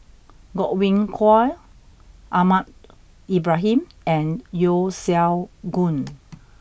Godwin Koay Ahmad Ibrahim and Yeo Siak Goon